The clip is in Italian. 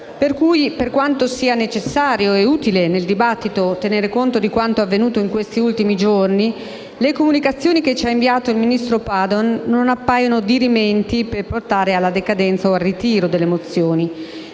per quanto sia necessario e utile nel dibattito tenere conto di quanto avvenuto negli ultimi giorni, le comunicazioni inviateci dal ministro Padoan non appaiono dirimenti per portare alla decadenza o al ritiro delle mozioni.